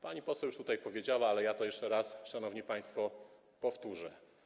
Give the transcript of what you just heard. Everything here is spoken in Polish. Pani poseł już tutaj powiedziała, ale ja to jeszcze raz, szanowni państwo, powtórzę.